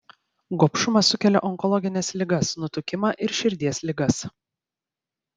gobšumas sukelia onkologines ligas nutukimą ir širdies ligas